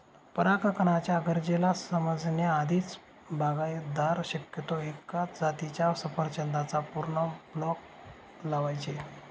परागकणाच्या गरजेला समजण्या आधीच, बागायतदार शक्यतो एकाच जातीच्या सफरचंदाचा पूर्ण ब्लॉक लावायचे